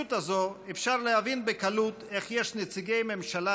במציאות הזאת אפשר להבין בקלות איך יש נציגי ממשלה